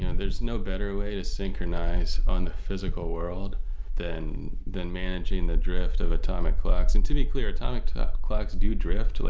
there's no better way to synchronize on the physical world than than managing the drift of atomic clocks. and to be clear, atomic clocks do drift.